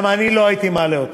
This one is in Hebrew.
כי אני לא הייתי מעלה אותו,